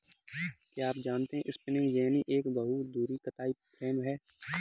क्या आप जानते है स्पिंनिंग जेनि एक बहु धुरी कताई फ्रेम है?